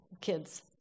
kids